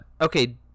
Okay